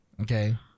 Okay